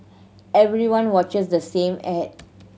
everyone watches the same ad